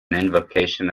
invocation